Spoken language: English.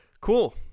Cool